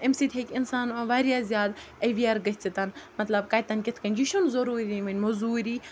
اَمہِ سۭتۍ ہیٚکہِ اِنسان واریاہ زیادٕ ایٚوِیَر گٔژھِتَن مطلب کَتہِ تَن کِتھ کٔنۍ یہِ چھُنہٕ ضٔروٗری وۄنۍ مٔزوٗری